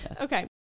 Okay